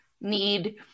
need